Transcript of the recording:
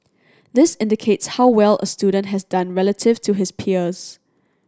this indicates how well a student has done relative to his peers